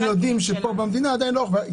אנחנו יודעים שפה במדינה עדיין לא ערוכים,